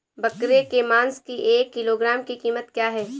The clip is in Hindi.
बकरे के मांस की एक किलोग्राम की कीमत क्या है?